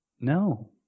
No